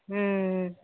हूँ